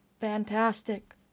fantastic